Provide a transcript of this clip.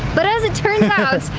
but as it turns out,